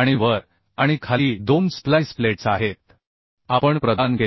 आणि वर आणि खाली 2 स्प्लाइस प्लेट्स आहेत आपण प्रदान केले आहे